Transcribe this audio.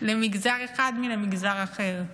למגזר אחד מאשר למגזר אחר.